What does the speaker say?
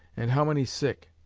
and how many sick?